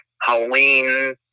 Halloween